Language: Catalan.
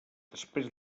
després